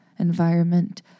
Environment